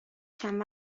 چند